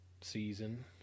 season